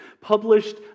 published